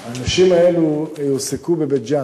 הנשים האלה יועסקו בבית-ג'ן.